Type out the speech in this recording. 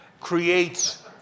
creates